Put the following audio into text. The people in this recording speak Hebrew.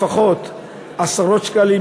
לפחות עשרות שקלים,